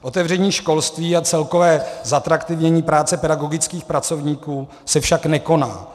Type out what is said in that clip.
Otevření školství a celkové zatraktivnění práce pedagogických pracovníků se však nekoná.